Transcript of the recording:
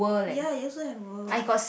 ya you also have world